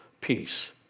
peace